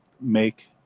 make